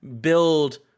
build